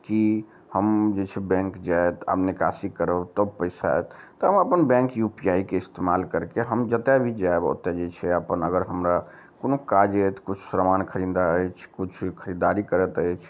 की हम जे छै बैंक जाएब तऽ आब निकासी करब तब पैसा आयत तऽ हम अपन बैंक यू पी आइ के इस्तेमाल करके हम जतए भी जाएब ओतय जे छै अपन अगर हमरा कोनो काज आयत किछु समान खरीदबाक अछि किछु खरीदारी करैत अछि